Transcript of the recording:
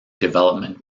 development